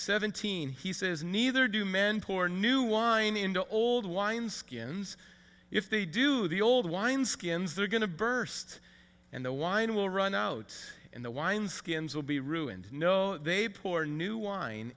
seventeen he says neither do men pour new wine into old wine skins if they do the old wine skins they're going to burst and the wine will run out and the wine skins will be ruined no they pour new wine